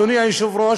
אדוני היושב-ראש,